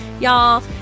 y'all